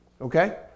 Okay